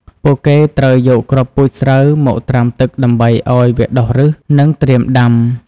ពួកគេត្រូវយកគ្រាប់ពូជស្រូវមកត្រាំទឹកដើម្បីឱ្យវាដុះឬស និងត្រៀមដាំ។